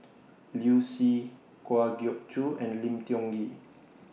Liu Si Kwa Geok Choo and Lim Tiong Ghee